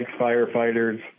firefighters